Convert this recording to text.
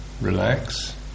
Relax